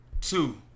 Two